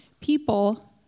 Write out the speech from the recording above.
people